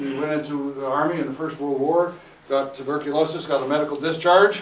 went into the army in the first world war got tuberculosis. got a medical discharge